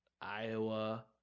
Iowa